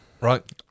Right